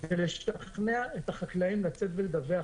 לשכנע את החקלאים לצאת ולדווח.